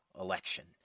election